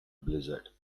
blizzard